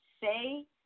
say